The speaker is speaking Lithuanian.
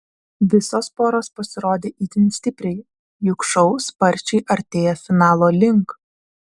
visos poros pasirodė itin stipriai juk šou sparčiai artėja finalo link